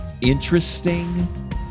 interesting